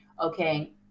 okay